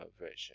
version